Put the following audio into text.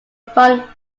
fund